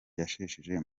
yahesheje